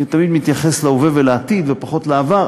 כי אני תמיד מתייחס להווה ולעתיד ופחות לעבר,